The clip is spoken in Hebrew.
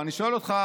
ואני שואל אותך,